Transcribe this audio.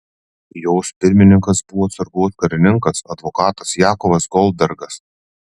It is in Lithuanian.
jos pirmininkas buvo atsargos karininkas advokatas jakovas goldbergas